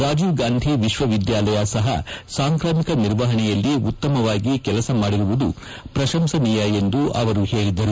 ರಾಜೀವ್ ಗಾಂಧಿ ವಿಶ್ವವಿದ್ಧಾಲಯ ಸಹ ಸಾಂಕ್ರಾಮಿಕ ನಿರ್ವಹಣೆಯಲ್ಲಿ ಉತ್ತಮವಾಗಿ ಕೆಲಸ ಮಾಡಿರುವುದು ಪ್ರಶಂಸನೀಯ ಎಂದು ಅವರು ಹೇಳಿದರು